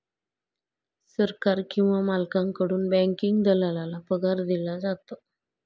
सरकार किंवा मालकाकडून बँकिंग दलालाला पगार दिला जातो